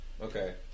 Okay